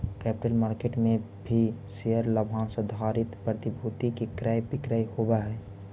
capital market में भी share लाभांश आधारित प्रतिभूति के क्रय विक्रय होवऽ हई